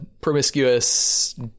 promiscuous